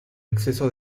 exceso